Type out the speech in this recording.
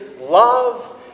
love